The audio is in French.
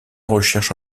recherche